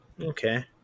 Okay